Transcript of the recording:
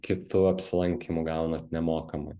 kitu apsilankymu gaunat nemokamai